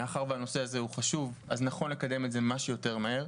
מאחר והנושא הזה חשוב אז נכון לקדם אותו כמה שיותר מהר.